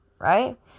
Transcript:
right